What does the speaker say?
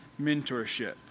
mentorship